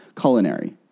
Culinary